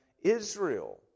Israel